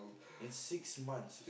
in six months